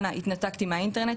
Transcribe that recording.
קראתי את ההצעה,